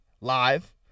live